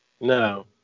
No